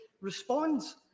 responds